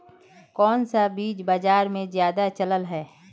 कोन सा बीज बाजार में ज्यादा चलल है?